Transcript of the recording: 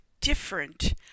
different